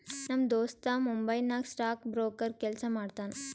ನಮ್ ದೋಸ್ತ ಮುಂಬೈ ನಾಗ್ ಸ್ಟಾಕ್ ಬ್ರೋಕರ್ ಕೆಲ್ಸಾ ಮಾಡ್ತಾನ